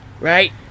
Right